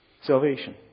Salvation